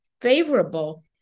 favorable